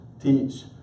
teach